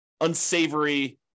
unsavory